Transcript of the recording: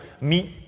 meet